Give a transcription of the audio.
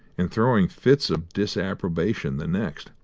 and throwing fits of disapprobation the next,